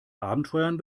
abenteuern